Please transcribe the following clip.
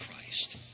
Christ